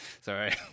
Sorry